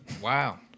Wow